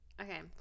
okay